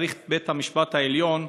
צריך את בית-המשפט העליון,